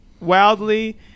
wildly